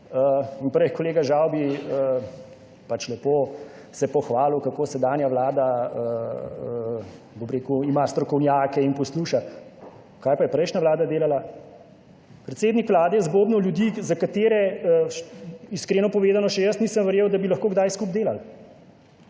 In prej kolega Žavbi, pač lepo se pohvalil, kako sedanja Vlada, bom rekel, ima strokovnjake in posluša. Kaj pa je prejšnja Vlada delala? Predsednik Vlade je zbobnal ljudi, za katere, iskreno povedano, še jaz nisem verjel, da bi lahko kdaj skupaj delali,